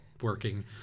working